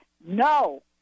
no